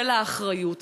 של האחריות.